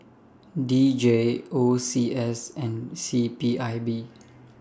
D J O C S and C P I B